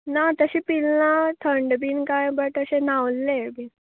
ना तशें पिल ना थंड बीन काय बट अशें न्हावल्लें